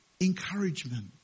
encouragement